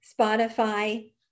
Spotify